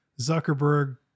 Zuckerberg